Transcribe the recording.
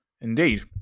indeed